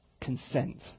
consent